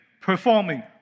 performing